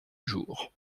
jour